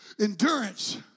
endurance